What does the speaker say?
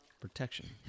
Protection